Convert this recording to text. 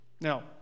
Now